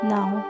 Now